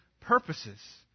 purposes